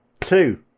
two